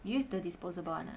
you use the disposable [one] ah